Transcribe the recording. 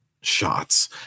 shots